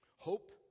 Hope